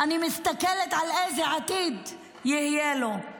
אני מסתכלת על איזה עתיד יהיה לו.